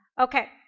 okay